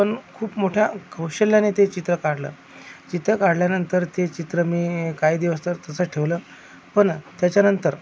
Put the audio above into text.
पण खूप मोठ्या कौशल्याने ते चित्र काढलं चित्र काढल्यानंतर ते चित्र मी काही दिवस तर तसंच ठेवलं पण त्याच्यानंतर